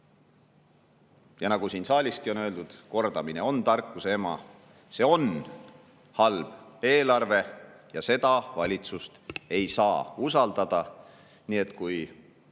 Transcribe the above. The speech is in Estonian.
Ja nagu siin saaliski on öeldud: kordamine on tarkuse ema. See on halb eelarve ja seda valitsust ei saa usaldada. Nii et kui